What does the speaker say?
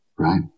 right